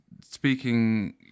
speaking